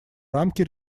рамки